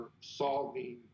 solving